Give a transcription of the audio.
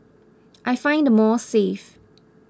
I find the malls safe